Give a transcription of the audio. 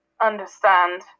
understand